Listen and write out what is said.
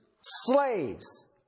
slaves